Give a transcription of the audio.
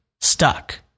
stuck